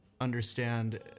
understand